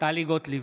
טלי גוטליב,